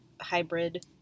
hybrid